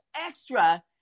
extra